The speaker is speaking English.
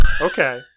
Okay